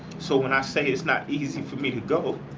so when i say it's not easy for me to go,